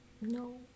No